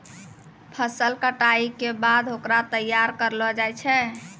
फसल कटाई के बाद होकरा तैयार करलो जाय छै